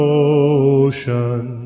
ocean